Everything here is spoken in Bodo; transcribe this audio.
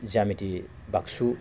जामिटि बागसु